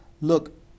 look